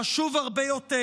חשוב הרבה יותר: